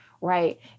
Right